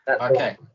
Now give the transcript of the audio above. Okay